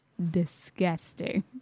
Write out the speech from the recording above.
disgusting